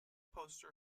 poster